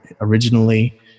originally